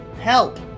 help